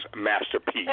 masterpiece